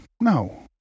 no